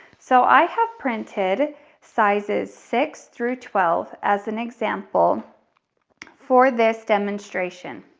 so i have printed sizes six through twelve as an example for this demonstration.